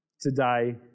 today